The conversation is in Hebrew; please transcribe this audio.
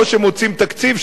או שמוצאים תקציב,